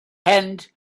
tent